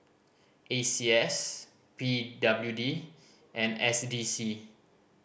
A C S P W D and S D C